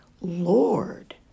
Lord